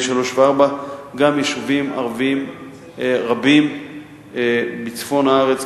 שלוש-ארבע גם יישובים ערביים רבים בצפון הארץ,